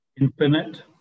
Infinite